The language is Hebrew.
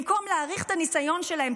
במקום להעריך את הניסיון שלהם,